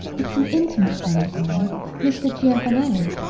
it's an intimate friend of mine mr. giovanelli,